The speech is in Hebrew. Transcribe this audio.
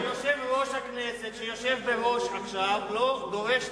יושב-ראש הכנסת שיושב בראש עכשיו לא דורש ממנו,